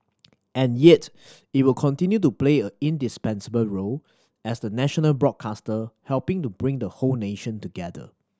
and yet it will continue to play a indispensable role as the national broadcaster helping to bring the whole nation together